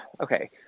okay